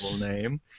name